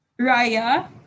Raya